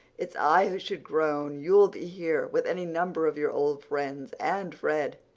it's i who should groan. you'll be here with any number of your old friends and fred!